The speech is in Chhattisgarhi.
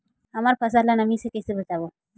हमर फसल ल नमी से क ई से बचाबो?